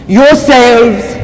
yourselves